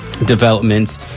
Developments